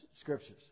Scriptures